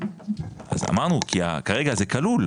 אז אמרנו כי כרגע זה כלול,